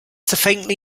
faintly